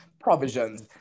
provisions